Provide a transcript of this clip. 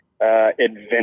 adventure